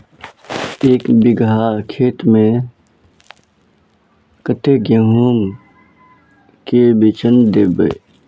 एक बिगहा खेत में कते गेहूम के बिचन दबे?